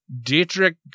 Dietrich